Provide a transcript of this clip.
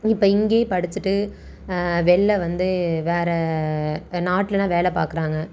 இப்போ இங்கையே படிச்சுட்டு வெளில வந்து வேறு இப்போ நாட்டுலெலாம் வேலை பார்க்குறாங்க